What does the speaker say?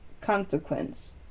consequence